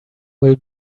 will